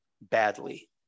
badly